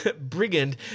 brigand